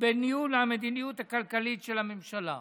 בניהול המדיניות הכלכלית של הממשלה.